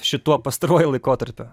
šituo pastaruoju laikotarpiu